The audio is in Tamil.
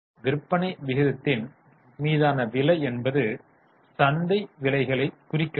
விற்பனை விகிதத்தின் மீதான விலை என்பது சந்தை விலைகளைக் குறிக்கிறது